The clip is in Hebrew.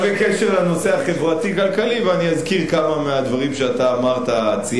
האם אמרנו פה דבר שהוא איננו עובדה, חבר הכנסת